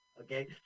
okay